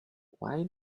why